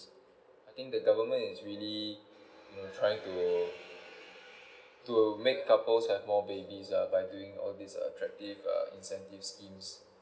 I think the government is really you know trying to to make couples have more babies by doing all these attractive incentive scheme